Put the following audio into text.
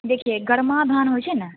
देखिए गरमा धान होइ छै ने